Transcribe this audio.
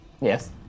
Yes